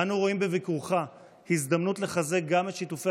אנו רואים בביקורך הזדמנות לחזק גם את שיתופי